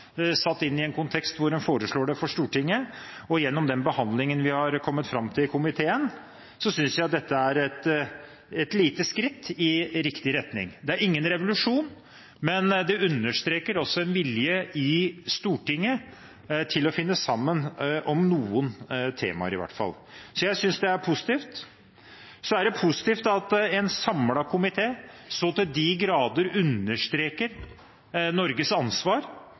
satt inn i en kontekst hvor man foreslår det for Stortinget, og det man har kommet fram til gjennom behandlingen i komiteen – er et lite skritt i riktig retning. Det er ingen revolusjon, men det understreker en vilje i Stortinget til å finne sammen, om noen temaer i hvert fall. Så jeg synes det er positivt. Så er det positivt at en samlet komité så til de grader understreker Norges ansvar